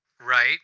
Right